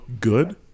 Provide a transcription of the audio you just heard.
good